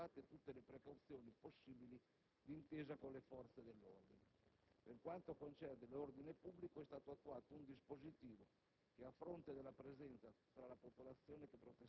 con molteplici interessi nella zona, sono state adottate tutte le precauzioni possibili d'intesa con le Forze dell'ordine. Per quanto riguarda l'ordine pubblico, a fronte